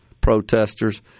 protesters